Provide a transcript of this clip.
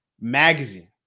magazine